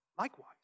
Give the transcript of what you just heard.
Likewise